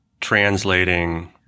translating